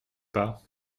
pas